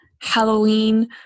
halloween